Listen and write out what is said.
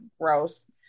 gross